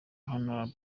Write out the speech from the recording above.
hon